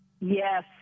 Yes